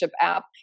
app